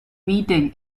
meeting